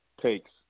takes